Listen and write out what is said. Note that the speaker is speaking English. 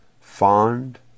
fond